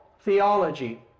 theology